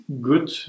good